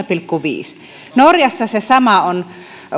pilkku viidennessä norjassa se on sama